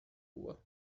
lua